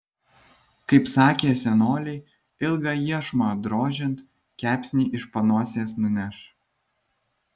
kaip sakė senoliai ilgą iešmą drožiant kepsnį iš panosės nuneš